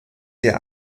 der